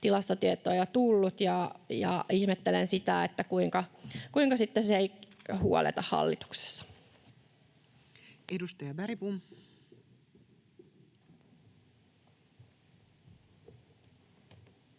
tilastotietoja tullut, ja ihmettelen sitä, kuinka sitten se ei huoleta hallituksessa. Edustaja Bergbom.